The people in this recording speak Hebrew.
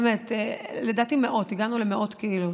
לדעתי הגענו למאות קהילות.